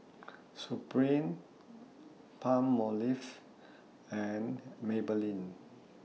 Supreme Palmolive and Maybelline